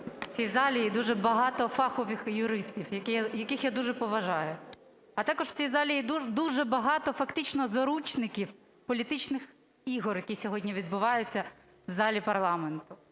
в цій залі є дуже багато фахових юристів, яких я дуже поважаю, а також в цій залі є дуже багато фактично заручників політичних ігор, які сьогодні відбуваються в залі парламенту.